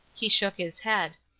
he shook his head.